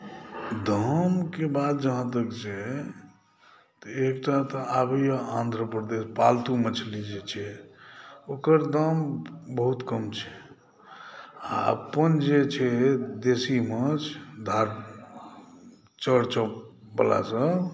दामके बात जहाँ तक छै तऽ एकटा तऽ आबैए आन्ध्रप्रदेश पालतू मछली जे छै ओकर दाम बहुत कम छै आ अपन जे छै देशी माछ धार चौड़ वला सभ